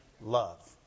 love